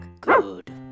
good